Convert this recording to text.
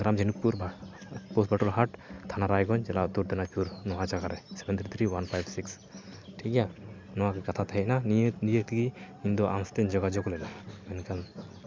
ᱜᱨᱟᱢ Jhinukpur post Bhatolhat ᱛᱷᱟᱱᱟ ᱨᱟᱭᱜᱚᱸᱡᱽ ᱡᱮᱞᱟ ᱩᱛᱛᱚᱨ ᱫᱤᱱᱟᱡᱽᱯᱩᱨ ᱱᱚᱣᱟ ᱡᱟᱭᱜᱟᱨᱮ seven three three one five six ᱴᱷᱤᱠ ᱜᱮᱭᱟ ᱱᱚᱣᱟ ᱠᱟᱛᱷᱟ ᱛᱟᱦᱮᱸᱭᱮᱱᱟ ᱱᱤᱭᱟᱹ ᱱᱤᱭᱟᱹ ᱛᱮᱜᱮ ᱤᱧᱫᱚ ᱟᱢ ᱥᱟᱛᱮᱡ ᱤᱧ ᱡᱳᱜᱟᱡᱳᱜᱽ ᱞᱮᱫᱟ ᱢᱮᱱᱠᱷᱟᱱ